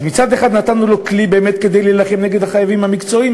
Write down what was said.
אז מצד אחד נתנו לו כלי באמת כדי להילחם נגד החייבים המקצועיים,